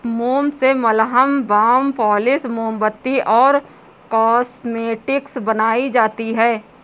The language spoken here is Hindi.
मोम से मलहम, बाम, पॉलिश, मोमबत्ती और कॉस्मेटिक्स बनाई जाती है